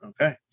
Okay